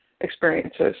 experiences